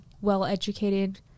well-educated